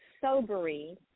sobering